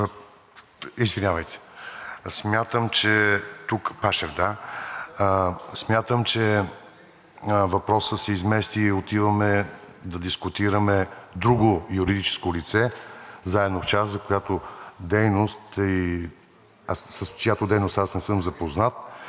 Пашев, смятам, че въпросът се измести и отиваме да дискутираме друго юридическо лице – „Заедно в час“, с чиято дейност аз не съм запознат.